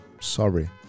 sorry